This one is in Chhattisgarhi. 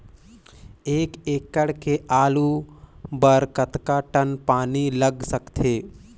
एक एकड़ के आलू बर कतका टन पानी लाग सकथे?